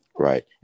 Right